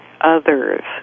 others